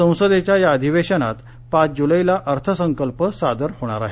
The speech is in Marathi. संसदेच्या या अधिवेशनात पाच जुलैला अर्थसंकल्प सादर होणार आहे